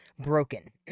broken